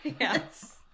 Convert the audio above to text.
Yes